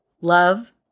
love